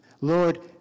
Lord